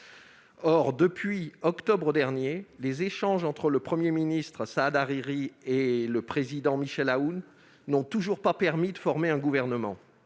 le mois d'octobre dernier, les échanges entre le Premier ministre Saad Hariri et le Président Michel Aoun n'ont toujours pas permis de former un gouvernement,